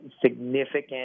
significant